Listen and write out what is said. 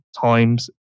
times